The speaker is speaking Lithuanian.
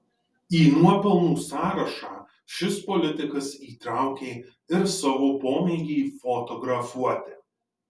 į nuopelnų sąrašą šis politikas įtraukė ir savo pomėgį fotografuoti